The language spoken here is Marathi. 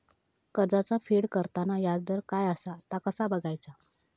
कर्जाचा फेड करताना याजदर काय असा ता कसा बगायचा?